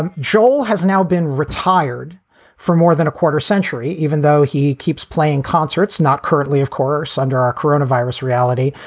and joel has now been retired for more than a quarter century, even though he keeps playing concerts. not currently, of course, under our corona virus reality.